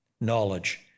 knowledge